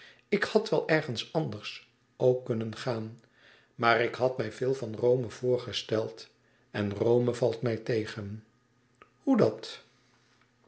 ik had wel ergens anders ook kunnen gaan maar ik had mij veel van rome voorgesteld en rome valt mij tegen hoedat